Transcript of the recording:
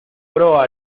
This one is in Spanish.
proa